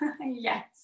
Yes